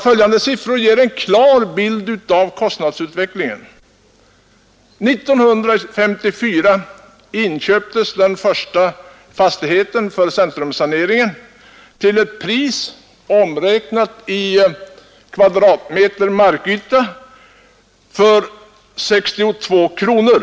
Följande siffror ger en klar bild av kostnadsutvecklingen. År 1954 inköptes den första fastigheten för centrumsaneringen till ett pris, omräknat i kvadratmeter markyta, av 62 kronor.